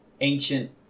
ancient